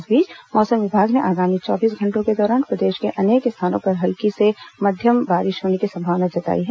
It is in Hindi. इस बीच मौसम विभाग ने आगामी चौबीस घंटों के दौरान प्रदेश के अनेक स्थानों पर हल्की से मध्यम बारिश होने की संभावना जताई है